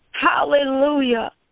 Hallelujah